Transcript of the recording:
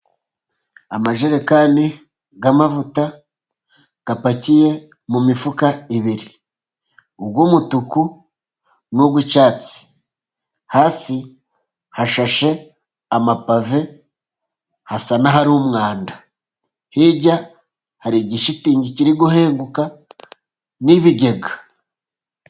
Amajerekani y'amavuta apakiye mu mifuka ibiri, umutuku n'uw'icyatsi hasi hashashe amapave hasa n'ahari umwanda, hirya hari igishitingi kiri guhembuka n'ibigega.